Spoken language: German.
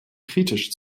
kritisch